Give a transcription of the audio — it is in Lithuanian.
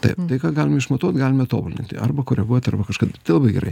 taip tai ką galima išmatuot galime tobulinti arba koreguot arba kažkada tai labai gerai